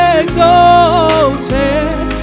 exalted